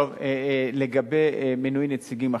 1. לגבי מינוי נציגים,